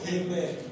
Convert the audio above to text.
Amen